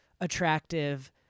attractive